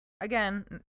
again